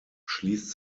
schließt